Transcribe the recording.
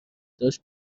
داشت